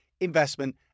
investment